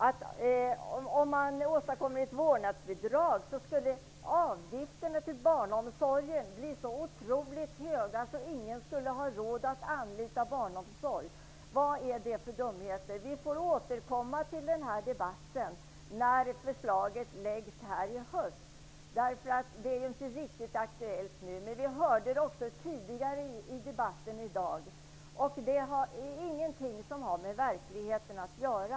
Socialdemokraterna säger att avgiften för barnomsorgen, om det blir ett vårdnadsbidrag, skulle bli så hög att ingen skulle ha råd att anlita den. Vad är det för dumheter. Den debatten får vi återkomma till när förslaget läggs fram i höst. Det är ju inte riktigt aktuellt nu, men det talades om detta tidigare i debatten i dag. Detta har ingenting med verkligheten att göra.